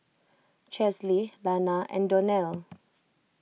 Chesley Lana and Donell